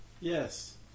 Yes